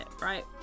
right